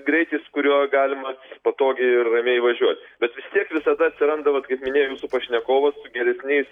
greitis kuriuo galima patogiai ir ramiai važiuot bet vis tiek visada atsiranda vat kaip minėjo jūsų pašnekovas su geresniais